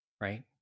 right